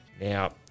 Now